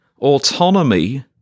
autonomy